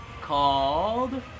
called